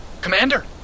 Commander